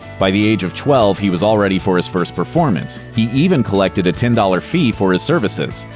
by the age of twelve, he was all ready for his first performance. he even collected a ten dollar fee for his services.